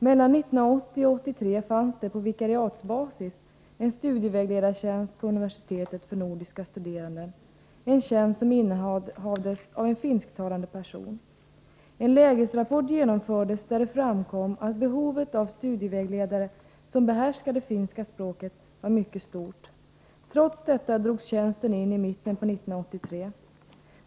Mellan 1980 och 1983 fanns j 5 AE ä Tisdagen den gjordes, där det framkom att behovet av en studievägledare som behärskade 22 maj 1984 finska språket var mycket stort. Trots detta drogs tjänsten in i mitten av 1983.